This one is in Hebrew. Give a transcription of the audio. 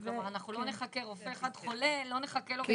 כלומר אם רופא אחד חולה לא נחכה לו.